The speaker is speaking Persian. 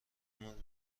مورد